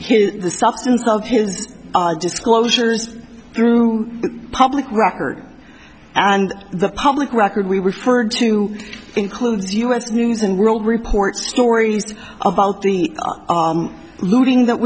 his the substance of his disclosures through public record and the public record we referred to includes u s news and world report stories about the looting that